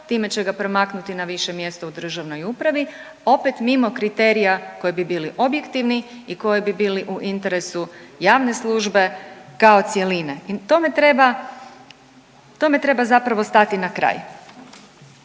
time će ga promaknuti na više mjesto u državnoj upravi, opet mimo kriterija koji bi bili objektivni i koji bi bili u interesu javne službe kao cjeline i tome treba, tome treba zapravo stati na kraj.